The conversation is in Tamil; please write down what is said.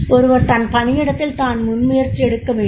ஒருவர் தன் பணியிடத்தில் தான் முன்முயற்சி எடுக்க வேண்டும்